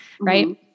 right